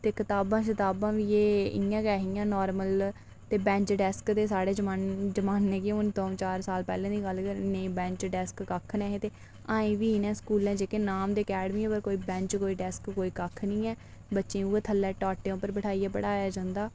ते कताबां बी एह् इं'या गै ऐहियां नॉर्मल ते बैंच डैस्क साढ़े जमानै ते केह् एह् हून चार पंज साल पैह्लें ते बैंच डैस्क ऐहे निं हे ऐहीं बी एह् जेह्ड़ी नाम दी अकैडमी इत्थें बैंच कोई डैस्क कक्ख निं ऐ बच्चें गी उऐ टाटें पर बैठाइयै पढ़ाया जंदा